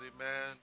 amen